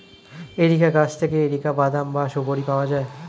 areca গাছ থেকে areca বাদাম বা সুপোরি পাওয়া যায়